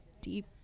deep